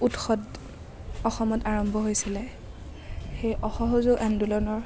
উৎসত অসমত আৰম্ভ হৈছিলে সেই অসহযোগ আন্দোলনৰ